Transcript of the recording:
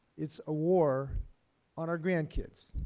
it is a war on our grandkids,